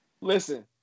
Listen